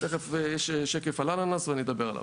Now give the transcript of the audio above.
תכף יש שקף על אננס ואני אדבר עליו.